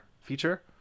feature